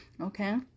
Okay